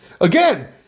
Again